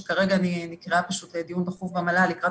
שכרגע נקראה לדיון דחוף במל"ל לקראת